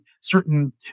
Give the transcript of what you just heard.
certain